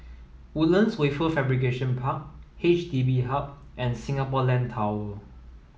Woodlands Wafer Fabrication Park H D B Hub and Singapore Land Tower